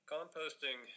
Composting